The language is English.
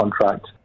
contract